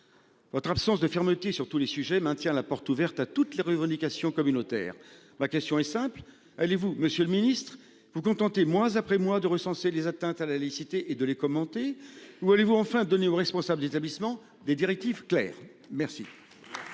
Votre absence de fermeté sur tous les sujets maintient la porte ouverte à toutes les revendications communautaires. Ma question est simple, allez-vous. Monsieur le Ministre vous contenter, mois après mois de recenser les atteintes à la laïcité et de les commenter, vous allez vous enfin donner aux responsables d'établissements des directives claires merci.